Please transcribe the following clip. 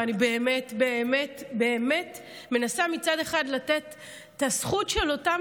ואני באמת באמת מנסה מצד אחד לתת את הזכות לאותם